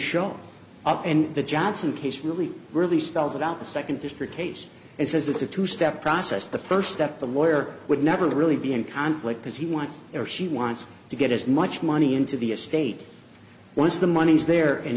show up and the johnson case really really started out the second district case and says it's a two step process the first step the lawyer would never really be in conflict because he wants or she wants to get as much money into the estate once the money's there and